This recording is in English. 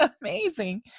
amazing